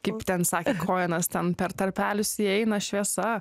kaip ten sakė kojenas ten per tarpelius įeina šviesa